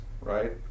Right